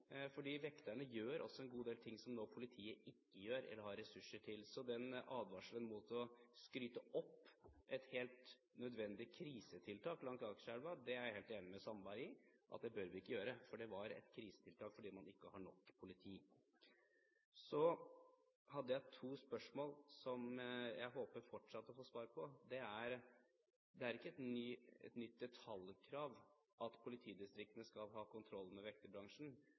vekterne gjør også en god del ting som politiet nå ikke gjør, eller har ressurser til. Så den advarselen mot å skryte opp et helt nødvendig krisetiltak langs Akerselva, er jeg helt enig med Sandberg i, det bør vi ikke gjøre. Det var et krisetiltak fordi man ikke har nok politi. Så hadde jeg to spørsmål som jeg håper fortsatt å få svar på. Det er ikke et nytt detaljkrav at politidistriktene skal ha kontroll med vekterbransjen,